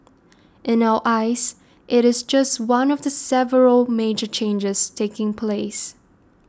in our eyes it is just one of the several major changes taking place